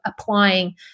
applying